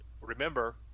remember